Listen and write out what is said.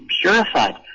purified